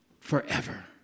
forever